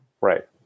Right